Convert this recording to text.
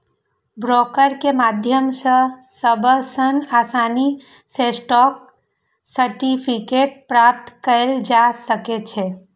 broker के माध्यम सं सबसं आसानी सं स्टॉक सर्टिफिकेट प्राप्त कैल जा सकै छै